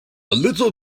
little